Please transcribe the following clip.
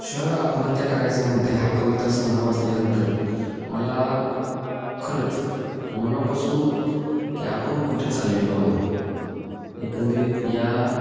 शहर आत्महत्या करायचं म्हणतं आहे हा कविता संग्रह वाचल्यानंतर मला खरंच मनापासून की आपण कुठे चाललेलो आहोत एकंदरीत या